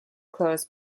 close